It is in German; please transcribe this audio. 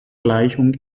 gleichung